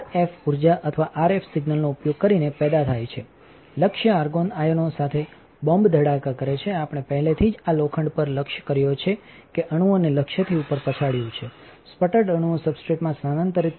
energyર્જા અથવા આરએફ સિગ્નલનો ઉપયોગ કરીને પેદા થાય છે લક્ષ્ય આર્ગોન આયનો સાથે બોમ્બ ધડાકા કરે છે આપણે પહેલેથી જ આ લોખંડ પર લક્ષ કર્યો છે કે અણુઓને લક્ષ્યથી ઉપર પછાડ્યું છે સ્પટર્ડ અણુઓ સબસ્ટ્રેટમાં સ્થાનાંતરિત થાય છે